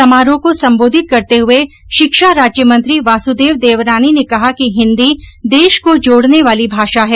समारोह को सम्बोधित करते हुए शिक्षा राज्य मंत्री वासुदेव देवनानी ने कहा कि हिन्दी देश को जोड़ने वाली भाषा है